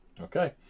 Okay